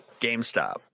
GameStop